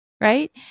right